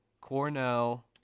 Cornell